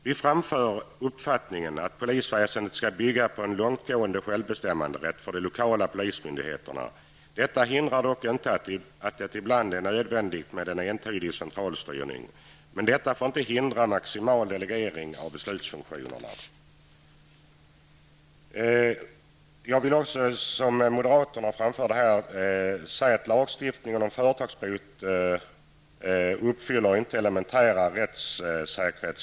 Vår uppfattning är att polisväsendet skall bygga på en långtgående självbestämmanderätt för de lokala polismyndigheterna. Detta hindrar dock inte att det ibland är nödvändigt med en entydig centralstyrning, men denna får inte hindra maximal delegering av beslutsfunktionerna. Jag delar moderaterns uppfattning om att lagstiftningen när det gäller företagsbot inte uppfyller elementära krav på rättssäkerhet.